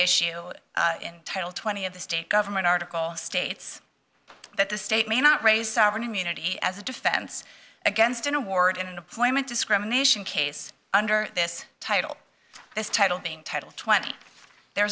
issue in title twenty of the state government article states that the state may not raise sovereign immunity as a defense against an award in an employment discrimination case under this title this title being title twenty there